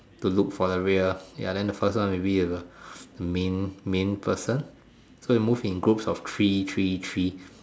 to look for the real ya then the first one is the main main person so you move in groups of three three three